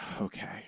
okay